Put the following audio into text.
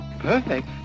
perfect